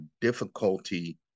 difficulty